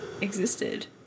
existed